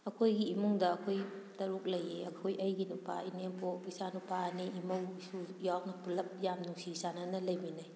ꯑꯩꯈꯣꯏꯒꯤ ꯏꯃꯨꯡꯗ ꯑꯩꯈꯣꯏ ꯇꯔꯨꯛ ꯂꯩꯌꯦ ꯑꯩꯈꯣꯏ ꯑꯩꯒꯤ ꯅꯨꯄꯥ ꯏꯅꯦꯝꯕꯣꯛ ꯏꯆꯥ ꯅꯨꯄꯥ ꯑꯅꯤ ꯏꯃꯧ ꯏꯁꯨ ꯌꯥꯎꯅ ꯄꯨꯂꯞ ꯌꯥꯝꯅ ꯅꯨꯡꯁꯤ ꯆꯥꯟꯅꯅ ꯂꯩꯃꯤꯟꯅꯩ